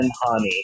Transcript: honey